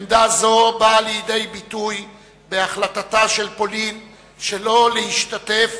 עמדה זו באה לידי ביטוי בהחלטתה של פולין שלא להשתתף